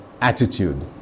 attitude